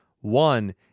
One